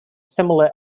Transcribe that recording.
similar